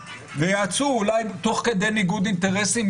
וייעצו אולי תוך כדי ניגוד אינטרסים.